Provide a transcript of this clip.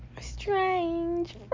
Strange